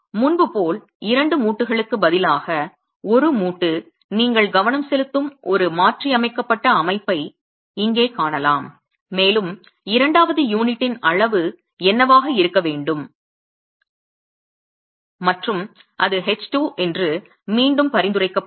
முன்பு போல் இரண்டு மூட்டுகளுக்குப் பதிலாக ஒரு மூட்டுக்கு நீங்கள் கவனம் செலுத்தும் ஒரு மாற்றியமைக்கப்பட்ட அமைப்பை இங்கே காணலாம் மேலும் இரண்டாவது யூனிட்டின் அளவு என்னவாக இருக்க வேண்டும் மற்றும் அது h2 என்று மீண்டும் பரிந்துரைக்கப்படும்